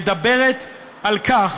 מדברת על כך